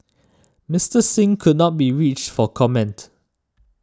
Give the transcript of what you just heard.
Mister Singh could not be reached for comment